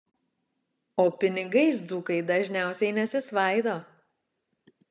o pinigais dzūkai dažniausiai nesisvaido